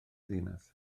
ddinas